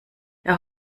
wer